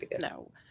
no